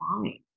fine